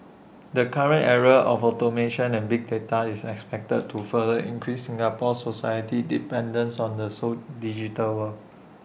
the current era of automation and big data is expected to further increase Singapore society's dependence on the so digital world